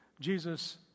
Jesus